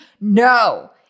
No